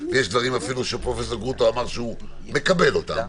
ויש דברים שפרופ' גרוטו אפילו אמר שהוא מקבל אותם.